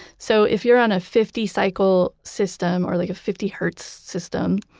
so if you're on a fifty cycle system, or like a fifty hertz system,